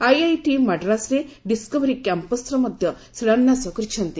IIT ମାଡ୍ରାସ୍ରେ discovery କ୍ୟାମ୍ପସ୍ର ମଧ୍ୟ ଶିଳାନ୍ୟାସ କରିଛନ୍ତି